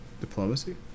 Diplomacy